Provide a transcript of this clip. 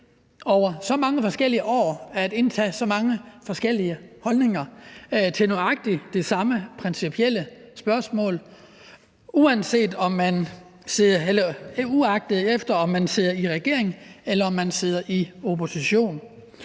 over så mange år at indtage så mange forskellige holdninger til nøjagtig det samme principielle spørgsmål, uagtet om man sidder i regering eller man sidder